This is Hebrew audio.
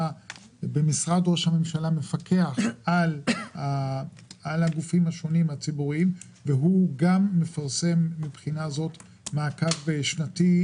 במשרד ראש המשלה מפקח על גופים ציבוריים שונים שמפרסם מעקב שנתי,